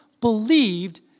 believed